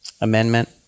amendment